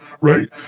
right